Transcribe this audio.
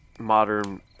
modern